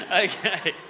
Okay